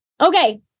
Okay